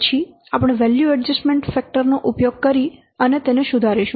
પછી આપણે value adjustment factor નો ઉપયોગ કરીને તેને સુધારીશું